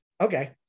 Okay